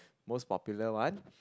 most popular one